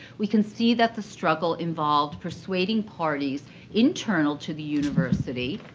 we can see that the struggle involved persuading parties internal to the university.